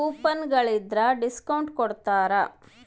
coupon ಗಳಿದ್ರ discount ಕೊಡ್ತಾರ